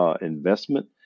investment